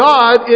God